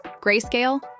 Grayscale